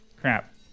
Crap